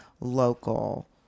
local